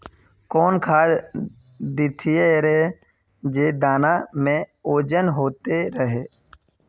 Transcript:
कौन खाद देथियेरे जे दाना में ओजन होते रेह?